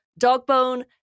Dogbone